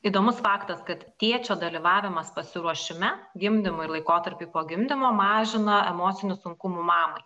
įdomus faktas kad tėčio dalyvavimas pasiruošime gimdymui ir laikotarpy po gimdymo mažina emocinių sunkumų mamai